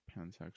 pansexual